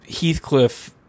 Heathcliff